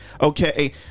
okay